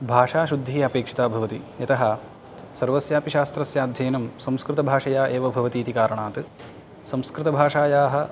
भाषाशुद्धिः अपेक्षिता भवति यतः सर्वस्यापि शास्त्रस्य अध्ययनं संस्कृतभाषया एव भवति इति कारणात् संस्कृतभाषायाः